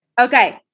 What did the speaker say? Okay